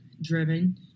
driven